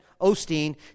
Osteen